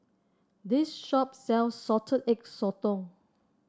this shop sells Salted Egg Sotong